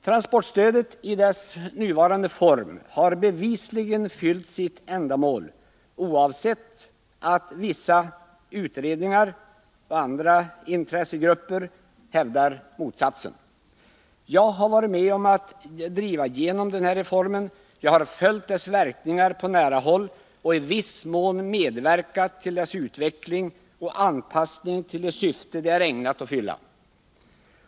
Transportstödet i dess nuvarande form har bevisligen fyllt sitt ändamål, oavsett att vissa utredningar och andra intressegrupper hävdar motsatsen. Jag har varit med om att driva igenom denna reform. Jag har följt dess verkningar på nära håll och i viss mån medverkat till dess utveckling och anpassning till det syfte den är ägnad att fylla.